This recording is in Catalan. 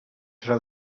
serà